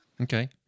Okay